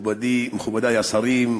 מכובדי השרים,